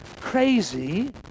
crazy